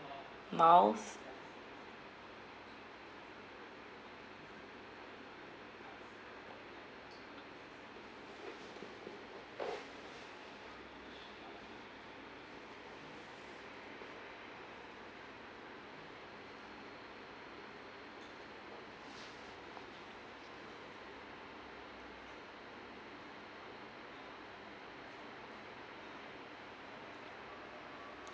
miles